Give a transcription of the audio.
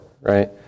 right